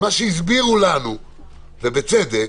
מה שהסבירו לנו בצדק,